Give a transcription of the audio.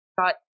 got